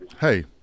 Hey